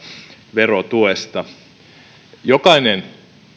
verotuesta jokainen